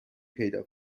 پیدا